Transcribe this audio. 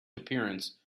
appearance